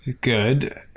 good